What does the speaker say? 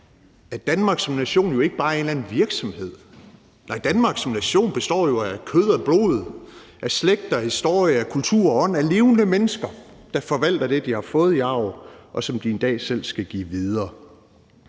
at Danmark som nation jo ikke bare er en eller anden virksomhed. Nej, Danmark som nation består jo af kød og blod, af slægter, af historie, af kulturer og af ånd – af levende mennesker, der forvalter det, de har fået i arv, og som de en dag selv skal give videre.